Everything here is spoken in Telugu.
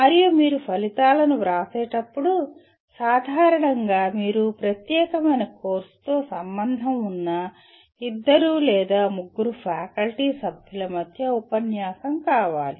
మరియు మీరు ఫలితాలను వ్రాసేటప్పుడు సాధారణంగా మీరు ప్రత్యేకమైన కోర్సుతో సంబంధం ఉన్న ఇద్దరు లేదా ముగ్గురు ఫ్యాకల్టీ సభ్యుల మధ్య ఉపన్యాసం కావాలి